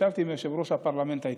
ישבתי עם יושב-ראש הפרלמנט האתיופי,